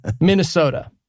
Minnesota